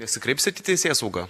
nesikreipsit į teisėsaugą